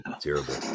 Terrible